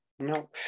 No